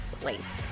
place